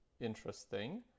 interesting